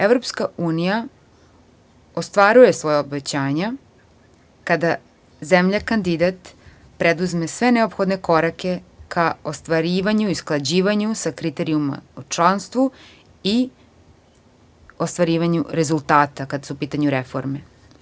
Evropska unija ostvaruje svoja obećanja kada zemlja kandidat preduzme sve neophodne korake ka ostvarivanju i usklađivanju sa kriterijumima o članstvu i ostvarivanju rezultata kada su u pitanju reforme.